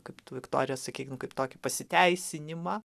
kaip tu viktorija sakei nu kaip tokį pasiteisinimą